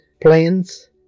plans